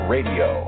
Radio